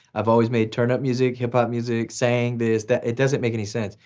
i've always made turn-up music, hip-hop music, saying this, that, it doesn't make any sense.